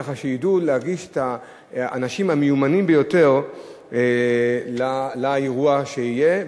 כך שידעו להגיש את האנשים המיומנים ביותר לאירוע שיהיה.